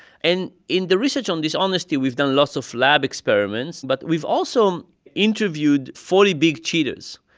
and in the research on dishonesty, we've done lots of lab experiments. but we've also interviewed forty big cheaters.